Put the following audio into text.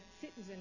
citizen